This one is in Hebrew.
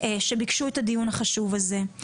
שביקשו את הדיון החשוב הזה.